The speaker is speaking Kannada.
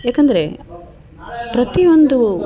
ಯಾಕಂದ್ರೆ ಪ್ರತಿಯೊಂದು